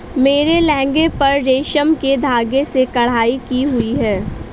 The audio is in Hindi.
मेरे लहंगे पर रेशम के धागे से कढ़ाई की हुई है